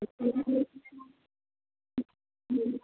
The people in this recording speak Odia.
ହ ହୁଁ